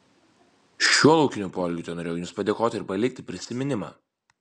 šiuo laukiniu poelgiu tenorėjau jums padėkoti ir palikti prisiminimą